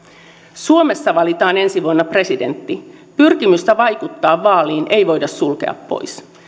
suomessa valitaan ensi vuonna presidentti pyrkimystä vaikuttaa vaaliin ei voida sulkea pois